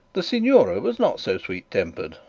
the signora was not so sweet-tempered,